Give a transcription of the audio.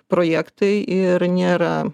projektai ir nėra